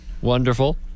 Wonderful